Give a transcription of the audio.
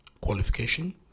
qualification